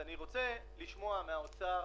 אני רוצה לשמוע מהאוצר